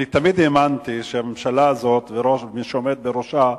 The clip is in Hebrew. אני תמיד האמנתי שהממשלה הזו, ומי שעומד בראשה,